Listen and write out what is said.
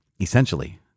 essentially